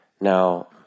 now